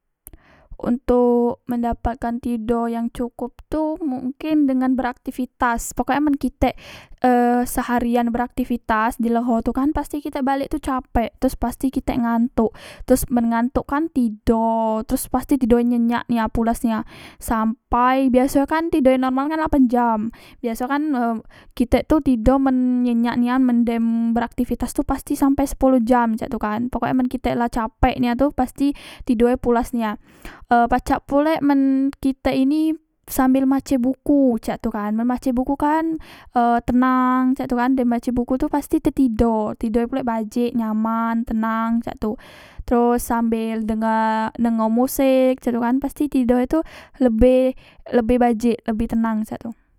Ontok mendapatkan tido yang cokop tu mungkin dengan beraktivitas pokoke men kitek e seharian beraktivitas di leho tu kan pasti kitek balek tu capek teros pasti kitek ngantok teros men ngantok kan tido teros pasti tido e nyenyak nia pules nia sampai biaso e kan tidoe normal kan lapan jam biaso kan e kitek tu tido men nyenyak nian men dem beraktivitas tu pasti sampai sepolo jam cak tu kan pokoke kitek men la capek nian tu pasti tido e pulas nian e pacak pulek men kitek ini sambel mace buku cak tu kan men mace buku kan e tenang cak tu kan dem mace buku tu pasti tetido tidoe pulek bajek nyaman tenang cak tu teros sambel denge dengo musek cak tu kan pasti tidoe tu lebe lebe bajek lebe tenang cak tu